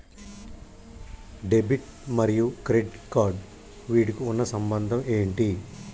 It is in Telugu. డెబిట్ మరియు క్రెడిట్ కార్డ్స్ వీటికి ఉన్న సంబంధం ఏంటి?